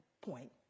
point